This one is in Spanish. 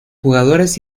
jugadores